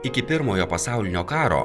iki pirmojo pasaulinio karo